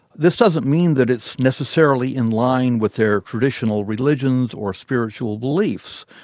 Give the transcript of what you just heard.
this doesn't mean that it's necessarily in line with their traditional religions or spiritual beliefs.